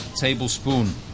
tablespoon